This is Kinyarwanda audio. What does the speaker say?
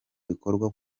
bikorwa